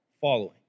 following